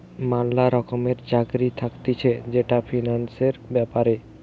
ম্যালা রকমের চাকরি থাকতিছে যেটা ফিন্যান্সের ব্যাপারে